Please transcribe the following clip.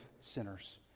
sinners